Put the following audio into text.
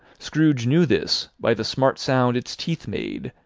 scrooge knew this, by the smart sound its teeth made,